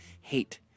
hate